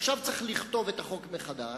עכשיו צריך לכתוב את החוק מחדש,